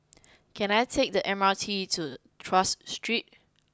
can I take the M R T to Tras Street